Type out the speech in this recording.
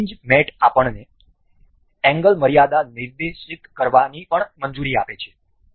આ hinge mate આપણને angle મર્યાદા નિર્દિષ્ટ કરવાની પણ મંજૂરી આપે છે